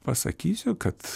pasakysiu kad